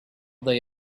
they